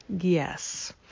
Yes